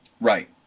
Right